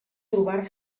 trobar